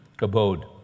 abode